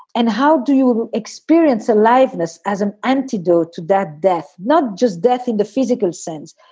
and how do you experience aliveness as an antidote to that death, not just death in the physical sense,